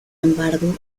embargo